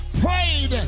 prayed